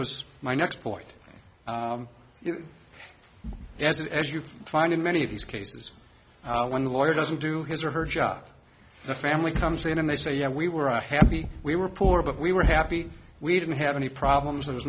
was my next point yes as you find in many of these cases one lawyer doesn't do his or her job the family comes in and they say yeah we were happy we were poor but we were happy we didn't have any problems there was